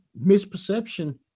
misperception